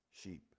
sheep